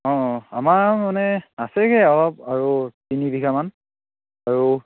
অঁ অঁ আমাৰ মানে আছেগৈ অলপ আৰু তিনি বিঘামান আৰু